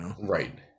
Right